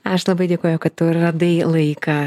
aš labai dėkoju kad tu radai laiką